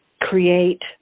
create